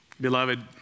Beloved